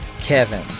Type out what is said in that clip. Kevin